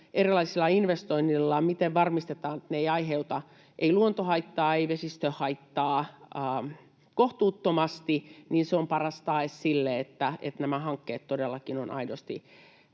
erilaiset investoinnit eivät aiheuta luontohaittaa eivätkä vesistöhaittaa kohtuuttomasti, niin se on paras tae sille, että nämä hankkeet todellakin ovat aidosti